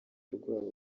rwabo